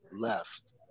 left